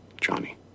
Johnny